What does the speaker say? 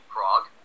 Prague